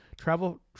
travel